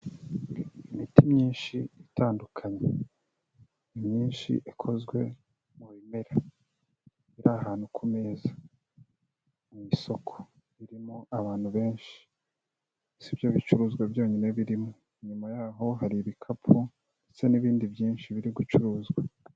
Imiti myinshi itandukanye, imyinshi ikozwe mu bimera biri ahantu ku meza, mu isoko ririmo abantu benshi si ibyo bicuruzwa byonyine birimo inyuma yaho hari ibikapu ndetse n'ibindi byinshi biri gucuruzwa.